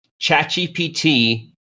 ChatGPT